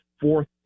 fourth